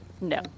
No